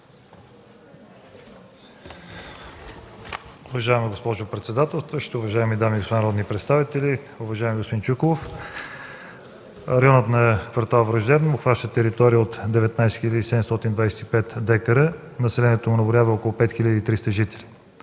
Уважаема госпожо председател, уважаеми дами и господа народни представители! Уважаеми господин Чуколов, районът на квартал „Враждебна” обхваща територия от 19 хил. 725 дка, населението му наброява около 5 300 жители.